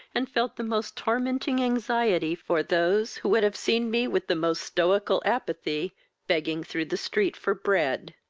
and felt the most tormenting anxiety for those who would have seen me with the most stoical apathy begging through the street for bread.